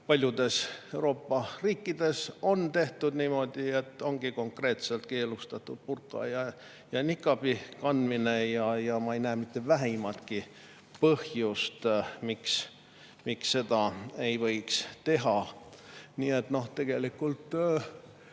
paljudes Euroopa riikides tehtud niimoodi, et ongi keelustatud konkreetselt burka ja nikaabi kandmine, ja ma ei näe mitte vähimatki põhjust, miks seda ei võiks teha. Nii et tegelikult